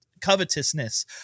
covetousness